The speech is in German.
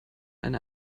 eine